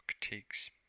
takes